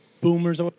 boomers